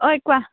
অই কোৱা